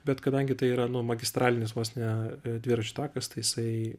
bet kadangi tai yra nu magistralinis vos ne dviračių takas tai jisai